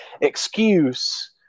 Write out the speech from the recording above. excuse